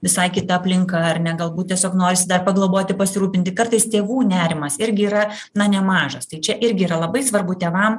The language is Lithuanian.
visai kita aplinka ar ne galbūt tiesiog norisi dar pagloboti pasirūpinti kartais tėvų nerimas irgi yra na nemažas tai čia irgi yra labai svarbu tėvam